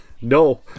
No